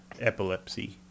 epilepsy